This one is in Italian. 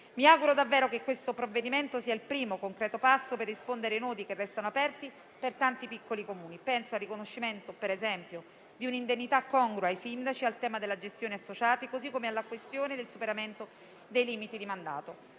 mi auguro davvero che il provvedimento in esame sia il primo concreto passo per rispondere ai nodi che restano aperti per tanti piccoli Comuni: penso ad esempio al riconoscimento di un'indennità congrua ai sindaci, al tema della gestione associata, così come alla questione del superamento dei limiti di mandato.